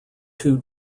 two